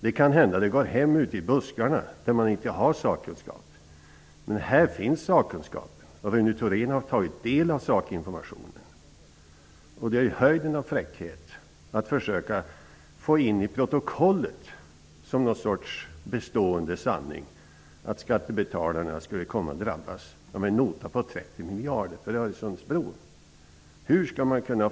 Det kan hända att den går hem ute i buskarna där man inte har sakkunskap, men här finns ju sakkunskapen. Rune Thorén har tagit del av sakinformationen. Det är höjden av fräckhet att försöka få in ett påstående om att skattebetalarna skulle komma att drabbas av en nota på 30 miljarder för Öresundsbron i protokollet -- som något slags bestående sanning.